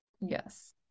yes